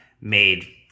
made